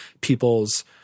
people's